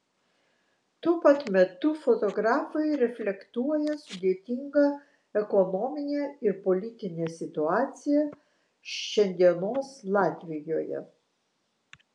tuo pat metu fotografai reflektuoja sudėtingą ekonominę ir politinę situaciją šiandienos latvijoje